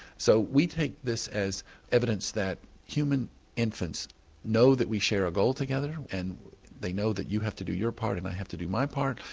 so we take this as evidence that human infants know that we share a goal together and they know that you have to do your part and i have to do my part,